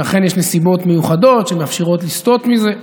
ולכן יש נסיבות מיוחדות שמאפשרות לסטות מזה.